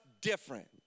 different